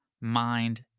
mind